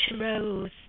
Rose